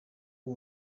w’u